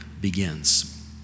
begins